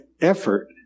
effort